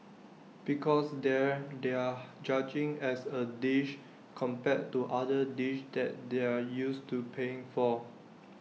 because there they're judging as A dish compared to other dishes that they're used to paying for